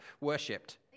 worshipped